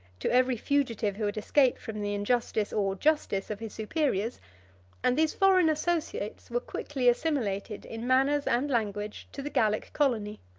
to every fugitive who had escaped from the injustice or justice of his superiors and these foreign associates were quickly assimilated in manners and language to the gallic colony.